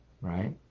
Right